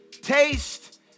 taste